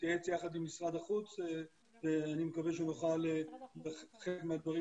נתייעץ יחד עם משרד החוץ ואני מקווה שנוכל חלק מהדברים